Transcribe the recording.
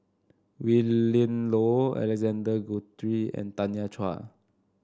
Willin Low Alexander Guthrie and Tanya Chua